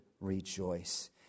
rejoice